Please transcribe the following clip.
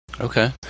Okay